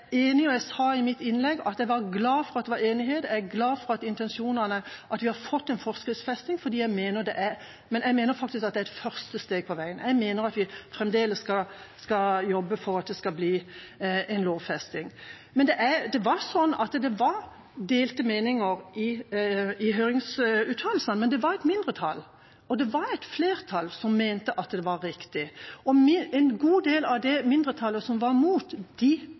enig, og jeg sa i mitt innlegg at jeg var glad for at det var enighet, jeg er glad for at vi har fått en forskriftsfesting, men jeg mener det er et første steg på veien. Jeg mener at vi fremdeles skal jobbe for at det skal bli en lovfesting. Det var delte meninger i høringsuttalelsene – det var et mindretall, og det var et flertall som mente at det var riktig. En god del av det mindretallet som var